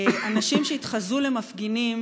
אנשים שהתחזו למפגינים,